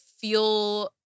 feel